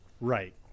Right